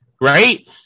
Right